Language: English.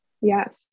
Yes